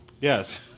Yes